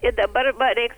ir dabar man reik